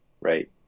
right